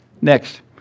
Next